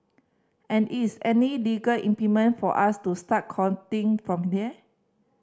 and is any legal impediment for us to start counting from